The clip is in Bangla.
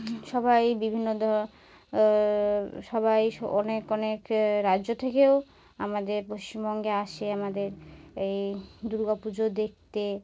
সবাই বিভিন্ন ধর সবাই অনেক অনেক রাজ্য থেকেও আমাদের পশ্চিমবঙ্গে আসে আমাদের এই দুর্গা পুজো দেখতে